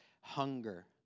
hunger